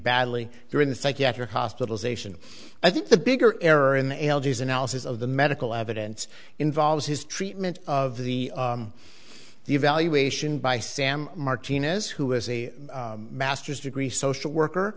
badly during the psychiatric hospitalization i think the bigger error in the elegies analysis of the medical evidence involves his treatment of the the evaluation by sam martinez who has a master's degree social worker